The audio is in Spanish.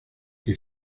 que